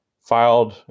filed